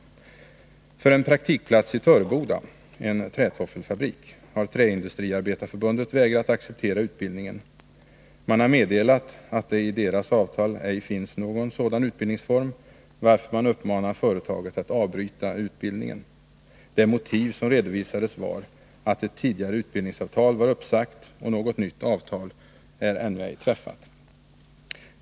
För en praktikplats vid en trätoffelfabrik i Töreboda har Träindustriarbetareförbundet vägrat acceptera utbildningen. Man har meddelat att det i dess avtal ej finns någon sådan utbildningsform, varför man uppmanar företaget att avbryta utbildningen. Det motiv som redovisades var att ett tidigare utbildningsavtal var uppsagt och något nytt avtal ännu ej träffats.